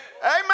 Amen